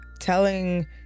telling